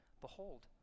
behold